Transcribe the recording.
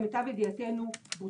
למיטב ידיעתנו, הפיילוט הזה בוצע,